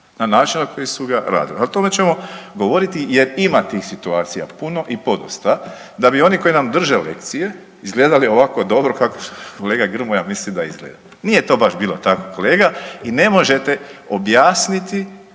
na način na koji su ga radili. O tome ćemo govoriti, jer ima tih situacija puno i podosta, da bi oni koji nam drže lekcije izgledali ovako dobro kako kolega Grmoja misli da izgleda. Nije to vaš bilo tako kolega i ne možete objasniti